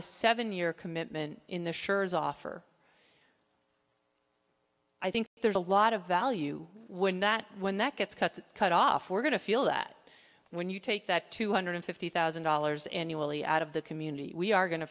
a seven year commitment in the scherzo offer i think there's a lot of value when that when that gets cut cut off we're going to feel that when you take that two hundred fifty thousand dollars annually out of the community we are going to